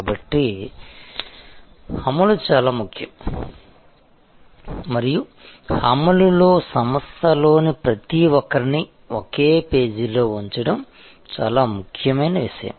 కాబట్టి అమలు చాలా ముఖ్యం మరియు అమలులో సంస్థలోని ప్రతి ఒక్కరినీ ఒకే పేజీలో ఉంచడం చాలా ముఖ్యమైన విషయం